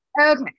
Okay